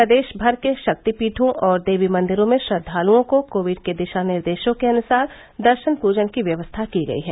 प्रदेश भर के शक्तिपीठों और देवी मंदिरों में श्रद्वालुओं को कोविड के दिशा निर्देशों के अनुसार दर्शन पूजन की व्यवस्था की गयी है